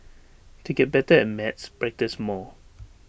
to get better at maths practise more